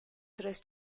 tres